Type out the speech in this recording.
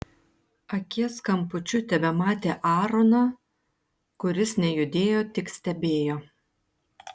akies kampučiu tebematė aaroną kuris nejudėjo tik stebėjo